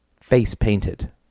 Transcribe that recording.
face-painted